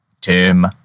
Tim